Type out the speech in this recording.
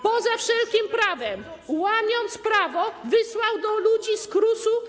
Poza wszelkim prawem, łamiąc prawo, wysłał do ludzi z KRUS-u.